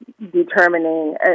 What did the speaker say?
determining